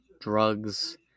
drugs